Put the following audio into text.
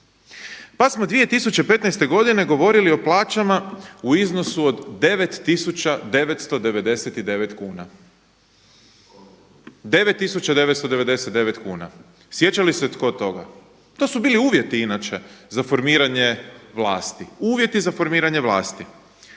Pa smo 2015. godine govorili o plaćama u iznosu od 9.999 kuna. 9.999 kuna. Sjeća li se tko toga? To su bili uvjeti inače za formiranje vlasti, uvjeti za formiranje vlasti.